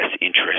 interest